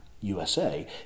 USA